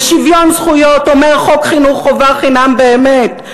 ושוויון זכויות אומר חוק חינוך חובה חינם באמת,